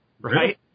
Right